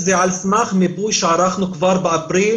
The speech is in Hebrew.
זה על סמך מיפוי שערכנו כבר באפריל